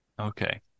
Okay